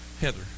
Heather